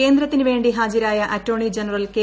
കേന്ദ്രത്തിനു വേണ്ടി ഹാജരായ attorney general K